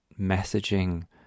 messaging